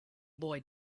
boy